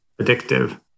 addictive